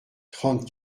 trente